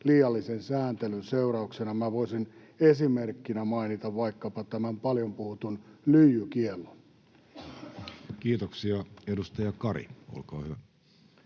liiallisen sääntelyn seurauksena. Minä voisin esimerkkinä mainita vaikkapa tämän paljon puhutun lyijykiellon. Kiitoksia. — Edustaja Kari, olkaa hyvä.